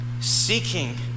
Seeking